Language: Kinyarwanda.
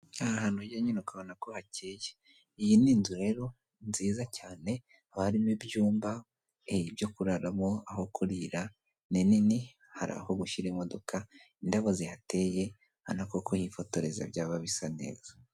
Hari ahantu ujya nyine ukabona ko hakeye, iyi ni inzu rero nziza cyane, haba harimo ibyumba byo kuraramo, aho kurira, ni nini, hari aho gushyira imodoka, indabo zihateye urabona ko kuhifotoreza byaba bisa neza.